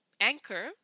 Anchor